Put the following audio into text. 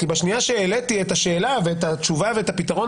כי בשנייה שהעליתי את השאלה ואת התשובה ואת הפתרון